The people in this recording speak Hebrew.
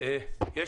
יש